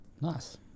nice